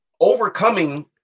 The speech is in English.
overcoming